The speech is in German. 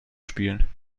spielen